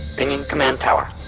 pinging command tower.